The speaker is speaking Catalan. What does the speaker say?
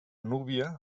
núbia